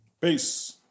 Peace